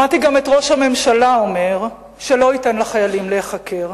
שמעתי גם את ראש הממשלה אומר שלא ייתן לחיילים להיחקר,